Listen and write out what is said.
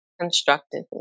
Constructively